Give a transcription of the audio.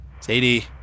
Sadie